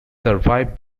survived